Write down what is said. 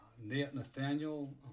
Nathaniel